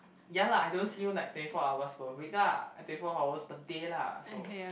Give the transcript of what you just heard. ya lah I don't see you like twenty four hours per week lah twenty four hours per day lah so